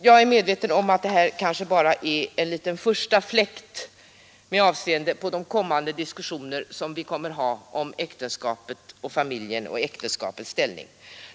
Jag är medveten om att detta kanske bara är en första fläkt av våra kommande diskussioner om familjen och om äktenskapets ställning.